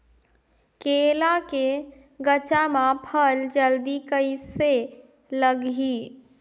केला के गचा मां फल जल्दी कइसे लगही?